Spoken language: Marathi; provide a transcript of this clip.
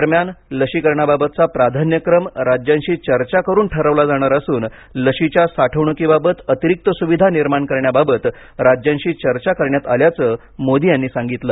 दरम्यान लशीकरणाबाबतचा प्रधान्यक्रम राज्यांशी चर्चा करून ठरवला जाणार असून लशीच्या साठवणुकीबाबत अतिरिक्त सुविधा निर्माण करण्याबाबत राज्यांशी चर्चा करण्यात आल्याचं मोदी यांनी सांगितलं